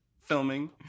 filming